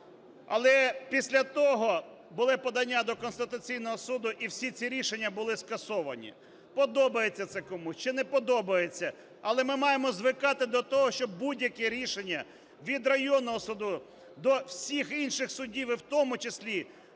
Але після того були подання до Конституційного Суду - і всі ці рішення були скасовані. Подобається це комусь чи не подобається, але ми маємо звикати до того, що будь-яке рішення від районного суду до всіх інших судів і в тому числі,